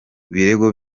birego